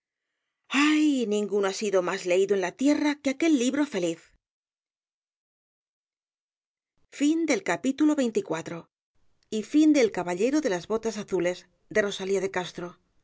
ay ninguno ha sido más leído en la tierra que aquel libro feliz fin epílogo sentimental los editores de rosalía en cuatro